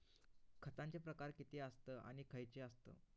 खतांचे प्रकार किती आसत आणि खैचे आसत?